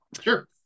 Sure